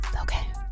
Okay